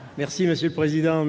Duran, pour présenter l'amendement